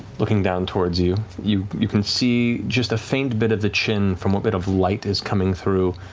looking down towards you, you you can see just a faint bit of the chin from what bit of light is coming through,